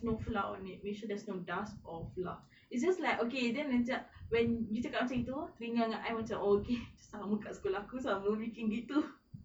no flour on it make sure there's no dust or flour it just like okay and then jap when you cakap macam gitu teringat macam oh okay macam sama kat sekolah aku pun sama bikin gitu